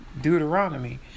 Deuteronomy